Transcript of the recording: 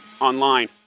online